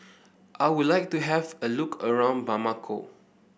I would like to have a look around Bamako